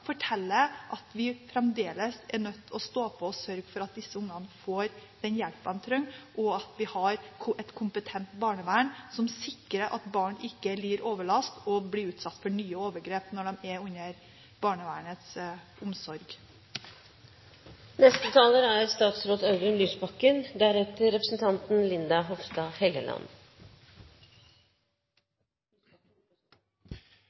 forteller at vi fremdeles er nødt til å stå på og sørge for at disse ungene får den hjelpen de trenger, og sørge for at vi har et kompetent barnevern som sikrer at barn ikke lider overlast og blir utsatt for nye overgrep når de er under barnevernets omsorg.